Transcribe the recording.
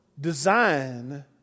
design